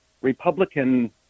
Republican